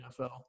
NFL